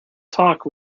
talk